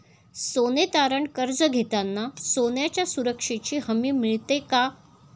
सोने तारण कर्ज घेताना सोन्याच्या सुरक्षेची हमी मिळते का?